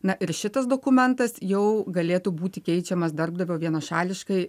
na ir šitas dokumentas jau galėtų būti keičiamas darbdavio vienašališkai